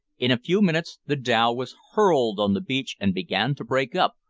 in a few minutes the dhow was hurled on the beach and began to break up,